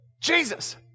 Jesus